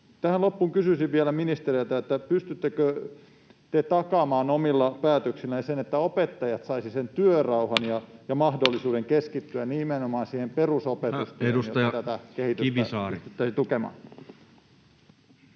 Tähän loppuun kysyisin vielä ministereiltä: pystyttekö te takaamaan omilla päätöksillänne sen, että opettajat saisivat työrauhan ja mahdollisuuden keskittyä nimenomaan siihen perusopetustyöhön, ja miten tätä kehitystä pystyttäisiin tukemaan?